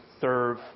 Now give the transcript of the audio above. serve